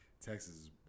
Texas